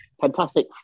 Fantastic